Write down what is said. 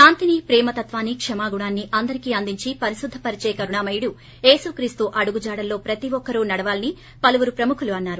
శాంతిని ప్రేమతత్వాన్ని క్రమగుణాన్ని అందరికీ అందించి పరిశుద్దపరిచే కరుణామయుడు ఏసుక్రీస్తు అడుగు జాడల్లో ప్రతి ఒక్కరూ నడవాలని పలువురు ప్రముఖులు అన్నారు